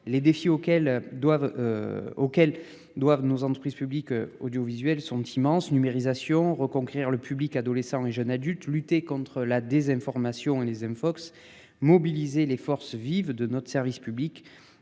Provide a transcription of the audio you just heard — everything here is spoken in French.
doivent. Auquel doivent nos entreprises publiques audiovisuelles sont immenses numérisation reconquérir le public adolescents et jeunes adultes. Lutter contre la désinformation et les infox mobiliser les forces vives de notre service public